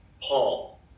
Paul